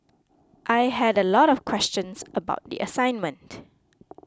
I had a lot of questions about the assignment